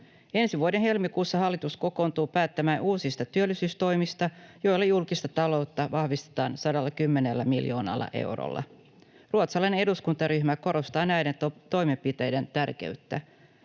Ensi vuoden helmikuussa hallitus kokoontuu päättämään uusista työllisyystoimista, joilla julkista taloutta vahvistetaan 110 miljoonalla eurolla. Ruotsalainen eduskuntaryhmä korostaa näiden toimenpiteiden tärkeyttä.